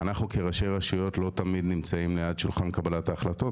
אנחנו כראשי רשויות לא תמיד נמצאים ליד שולחן קבלת ההחלטות,